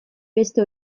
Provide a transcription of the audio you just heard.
beste